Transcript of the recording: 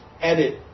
edit